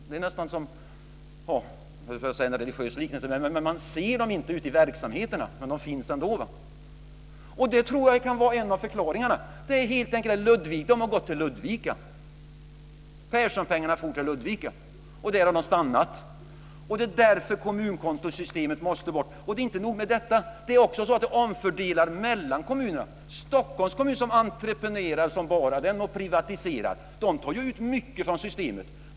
Det är nästan som en religiös liknelse, man ser dem inte ute i verksamheterna, men de finns ändå. Det tror jag kan vara en av förklaringarna. De har helt enkelt gått till Ludvika. Perssonpengarna for till Ludvika och där har de stannat. Det är därför kommunkontosystemet måste bort. Och det är inte nog med detta. Det är också så att man omfördelar mellan kommunerna. Stockholms kommun som "entreprenerar" och privatiserar som bara den tar ut mycket från systemet.